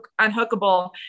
unhookable